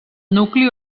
nucli